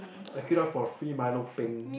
I queued up for a free milo peng